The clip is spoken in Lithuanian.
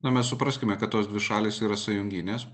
nu mes supraskime kad tos dvi šalys yra sąjunginės